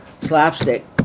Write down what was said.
slapstick